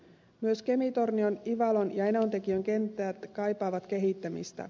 myös kemintornion ivalon ja enontekiön kentät kaipaavat kehittämistä